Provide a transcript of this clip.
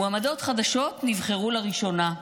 מועמדות חדשות נבחרו לראשונה,